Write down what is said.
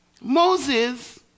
Moses